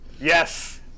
Yes